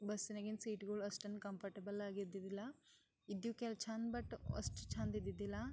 ಬಸ್ನಾಗ ಏನು ಸೀಟ್ಗಳು ಅಷ್ಟೇನು ಕಂಫರ್ಟೆಬಲಾಗಿ ಇದ್ದಿದ್ದಿಲ್ಲ ಇದ್ದು ಕೆಲವು ಚೆಂದ ಬಟ್ ಅಷ್ಟು ಚೆಂದ ಇದ್ದಿದ್ದಿಲ್ಲ